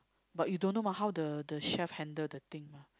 but you don't know mah how the the chef handle the things mah